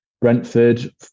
Brentford